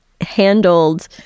handled